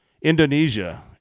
Indonesia